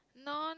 non